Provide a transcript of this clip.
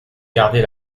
gardez